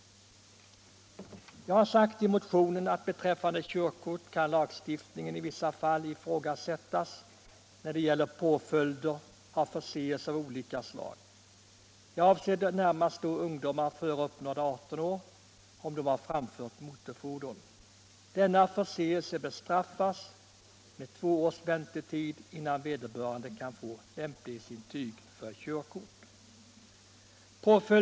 Jag har i motionen sagt att lagstiftningen i fråga om körkort i vissa fall kan ifrågasättas när det gäller påföljderna för förseelser av olika slag. Jag avser då närmast ungdomar som innan de uppnått 18 år framför motorfordon. Denna förseelse bestraffas med två års väntetid innan vederbörande kan få ett lämplighetsintyg för körkort.